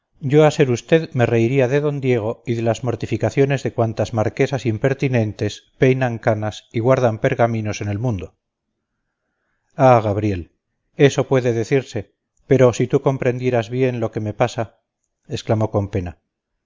yo a ser usted me reiría de don diego y de las mortificaciones de cuantas marquesas impertinentes peinan canas y guardan pergaminos en el mundo ah gabriel eso puede decirse pero si tú comprendieras bien lo que me pasa exclamó con pena